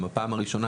בפעם הראשונה,